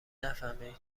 نفهمه